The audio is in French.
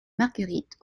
margueritte